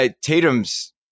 Tatum's